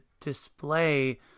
display